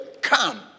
come